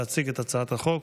להציג את הצעת החוק.